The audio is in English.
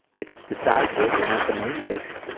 if it's the side dish and not the main dish,